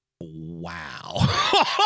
Wow